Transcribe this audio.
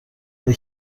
فکر